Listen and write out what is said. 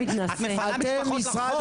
את מפנה אנשים לרחוב.